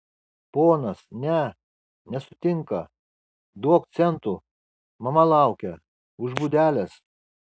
ponas ne nesutinka duok centų mama laukia už būdelės